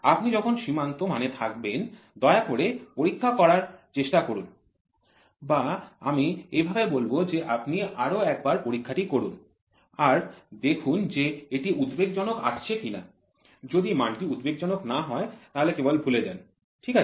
আপনি যখন সীমান্ত মানে থাকবেন দয়া করে আর একবার পরীক্ষা করার চেষ্টা করুন বা আমি এভাবে বলব যে আপনি আরো একবার পরীক্ষাটি করুন আর দেখুন যে এটি উদ্বেগজনক আসছে কিনা যদি মানটি উদ্বেগজনক না হয় তাহলে কেবল ভুলে যান ঠিক আছে